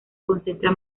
concentra